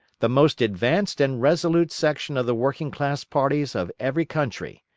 the most advanced and resolute section of the working-class parties of every country,